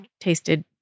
tasted